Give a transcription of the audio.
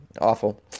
Awful